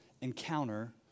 encounter